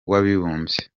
w’abibumbye